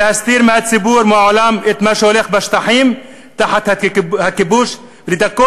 להסתיר מהציבור ומהעולם את מה שהולך בשטחים תחת הכיבוש ולדכא